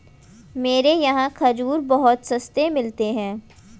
मेरे यहाँ खजूर बहुत सस्ते मिलते हैं